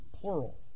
Plural